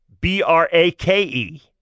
B-R-A-K-E